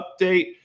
Update